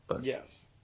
Yes